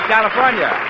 California